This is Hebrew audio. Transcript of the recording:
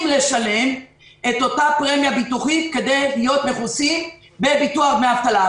לשלם את אותה פרמיה ביטוחית כדי להיות מכוסים בביטוח דמי אבטלה,